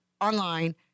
online